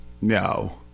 No